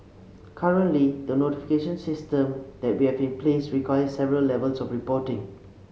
currently the notification system that we have in place requires several levels of reporting